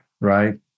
right